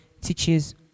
teaches